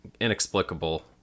inexplicable